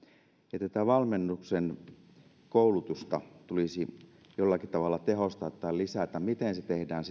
ja tätä valmennuksen koulutusta tulisi jollakin tavalla tehostaa tai lisätä miten se tehdään